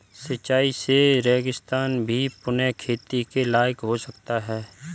सिंचाई से रेगिस्तान भी पुनः खेती के लायक हो सकता है